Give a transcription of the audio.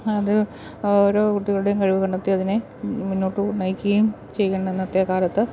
അത് ഓരോ കുട്ടികളുടെയും കഴിവ് കണ്ടെത്തി അതിനെ മുന്നോട്ടു നയിക്കുകയും ചെയ്യുന്നു ഇന്നത്തെ കാലത്ത്